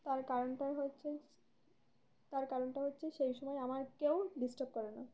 তার কারণটা হচ্ছে তার কারণটা হচ্ছে সেই সময় আমার কেউ ডিস্টার্ব করে না